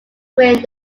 grain